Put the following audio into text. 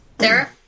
Sarah